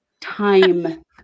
time